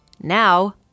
Now